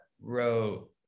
wrote